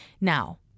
Now